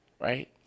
right